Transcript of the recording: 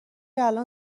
الان